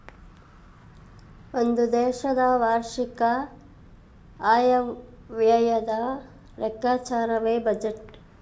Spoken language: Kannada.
ಒಂದು ದೇಶದ ವಾರ್ಷಿಕ ಆಯವ್ಯಯದ ಲೆಕ್ಕಾಚಾರವೇ ಬಜೆಟ್